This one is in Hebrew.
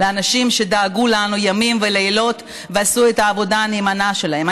לאנשים שדאגו לנו ימים ולילות ועשו את העבודה הנאמנה שלהם,